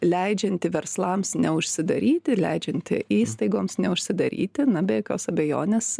leidžianti verslams neužsidaryti leidžianti įstaigoms neužsidaryti na be jokios abejonės